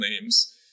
names